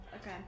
Okay